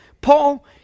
Paul